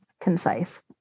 concise